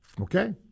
Okay